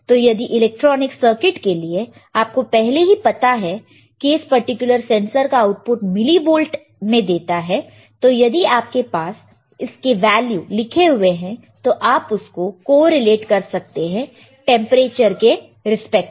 तो यदि electronic circuit के लिए आपको पहले ही पता है कि इस पर्टिकुलर सेंसर का output millivolt output millivolt में देता है और यदि आपके पास इसके वैल्यू लिखे हुए हैं तो आप उसको कोरिलेट कर सकते हैं टेंपरेचर के रिस्पेक्ट में